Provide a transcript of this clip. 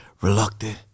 reluctant